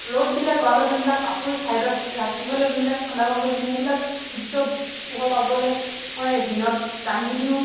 ৰ'দ দিলে গঁৰালত যোনবিলাক কাপোৰ ছাইদত ৰাতি হ'লে যোনবিলাক ঠাণ্ডা সেইবিলাক সূৰ্য পোহৰ পাবলে মই দিনত দাঙি দিওঁ